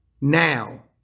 now